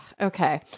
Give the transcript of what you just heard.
Okay